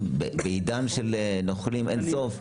בעידן של נוכלים אין סוף,